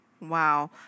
wow